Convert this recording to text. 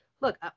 look